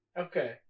Okay